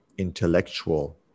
intellectual